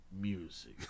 music